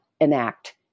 enact